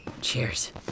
Cheers